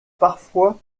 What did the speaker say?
parfois